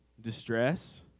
Distress